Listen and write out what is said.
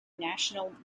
national